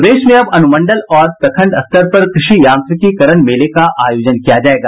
प्रदेश में अब अनुमंडल और प्रखंड स्तर पर कृषि यांत्रीकीकरण मेले का आयोजन किया जायेगा